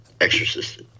exorcist